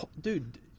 Dude